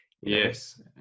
yes